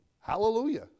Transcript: Hallelujah